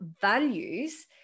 values